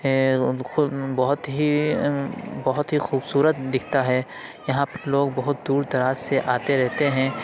بہت ہی بہت ہی خوبصورت دکھتا ہے یہاں پہ لوگ بہت دور دراز سے آتے رہتے ہیں